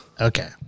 Okay